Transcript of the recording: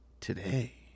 today